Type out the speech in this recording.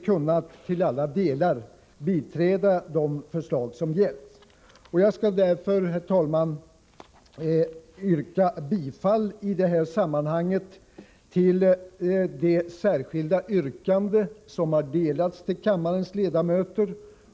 Jag yrkar därför, herr talman, bifall till det särskilda yrkande i anslutning till motion 1984/85:59 av Lars Werner m.fl. som har utdelats till kammarens ledamöter.